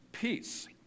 Peace